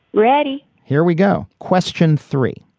ready? here we go. question three.